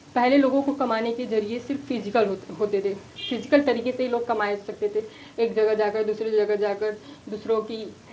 पहले लोगों को कमाने के जरिए सिर्फ फ़ीजिकल होते थे फ़ीज़िकल तरीके से ही लोग कमा सकते थे एक जगह जाकर दूसरे जगह जाकर दूसरों की